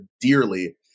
dearly